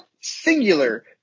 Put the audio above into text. singular